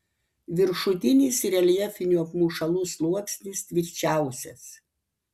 viršutinis reljefinių apmušalų sluoksnis tvirčiausias